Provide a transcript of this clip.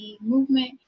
movement